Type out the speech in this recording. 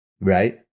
right